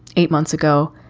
eight months ago.